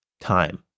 time